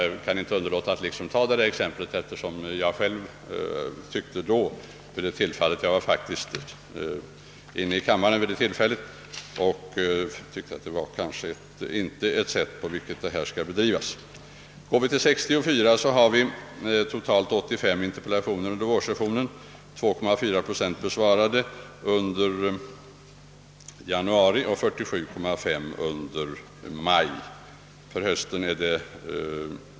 Jag kan inte underlåta att ta upp denna sak, eftersom jag var närvarande vid tillfället i fråga och tyckte att det hela inte sköttes så som det borde. Jag övergår så till år 1964. Totalt framställdes under vårsessionen detta år 85 interpellationer. 2,4 procent besvarades under januari och 47,5 procent under maj.